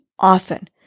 Often